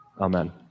Amen